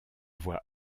voix